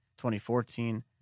2014